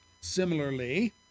Similarly